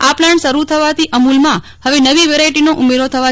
આ પ્લાન્ટ શરૂ થવાથી અમુલમાં હવે નવી વેરાઈટીનો ઉમેરો થવા થઈ રહયો છ